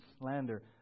slander